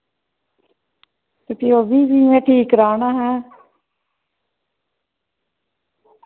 ते फ्ही औगी फ्ही मैं ठीक कराना हा